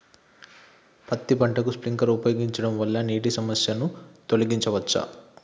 పత్తి పంటకు స్ప్రింక్లర్లు ఉపయోగించడం వల్ల నీటి సమస్యను తొలగించవచ్చా?